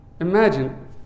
Imagine